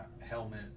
helmet